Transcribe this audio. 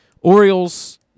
Orioles